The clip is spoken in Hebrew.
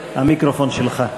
והאם יש הבטחה לשר בנט שהסדרת,